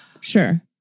Sure